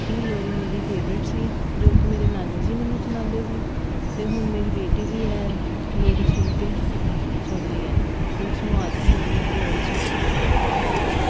ਇਹ ਲੋਰੀ ਮੇਰੀ ਫੇਵਰੇਟ ਸੀ ਜੋ ਕਿ ਮੇਰੇ ਨਾਨੀ ਜੀ ਮੈਨੂੰ ਸੁਣਾਉਂਦੇ ਸੀ ਅਤੇ ਹੁਣ ਮੇਰੀ ਬੇਟੀ ਵੀ ਇਹ ਲੋਰੀ ਸੁਣ ਕੇ ਸੌਂਦੀ ਹੈ ਅਤੇ ਉਸਨੂੰ ਆਦਤ ਹੋਗੀ ਇਹ ਲੋਰੀ ਸੁਣਨ ਦੀ ਧੰਨਵਾਦ